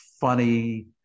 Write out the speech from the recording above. funny